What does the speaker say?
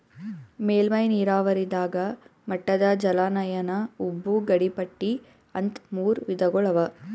ಮೇಲ್ಮೈ ನೀರಾವರಿದಾಗ ಮಟ್ಟದ ಜಲಾನಯನ ಉಬ್ಬು ಗಡಿಪಟ್ಟಿ ಅಂತ್ ಮೂರ್ ವಿಧಗೊಳ್ ಅವಾ